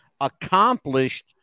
accomplished